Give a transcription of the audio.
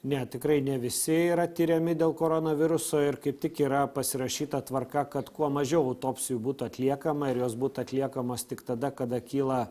ne tikrai ne visi yra tiriami dėl koronaviruso ir kaip tik yra pasirašyta tvarka kad kuo mažiau autopsijų būtų atliekama ir jos būti atliekamos tik tada kada kyla